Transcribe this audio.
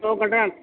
سو کٹر